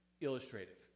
illustrative